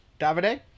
Davide